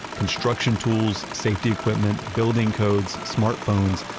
construction tools, safety equipment, building codes, smart phones,